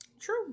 True